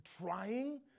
trying